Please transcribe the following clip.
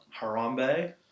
Harambe